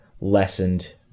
lessened